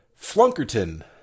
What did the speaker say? flunkerton